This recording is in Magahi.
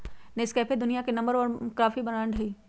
नेस्कैफे दुनिया के नंबर वन कॉफी ब्रांड हई